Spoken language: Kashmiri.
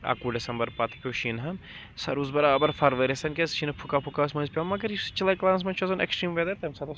اَکوُہ ڈسمبَر پَتہٕ پیٚو شیٖنہن سۄ روٗز برابر فرؤریس تانۍ کیازِ شنہٕ فُکا فُکا ٲسۍ مَنٛزٕ پیٚوان مگر یُس چلاے کلانَس منٛز آسان ایکسٹریٖم ویٚدَر تَمہِ ساتہٕ اوس